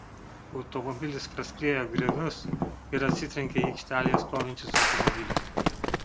automobilis praskriejo griovius ir atsitrenkė į aikštelėje stovinčius automobilius